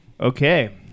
Okay